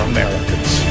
Americans